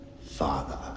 Father